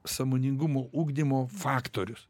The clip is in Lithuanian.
sąmoningumo ugdymo faktorius